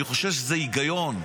אני חושב שזה ההיגיון.